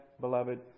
beloved